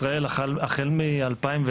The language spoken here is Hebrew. ישראל החל מ- 2009,